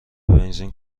بنزین